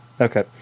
Okay